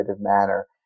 manner